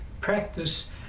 practice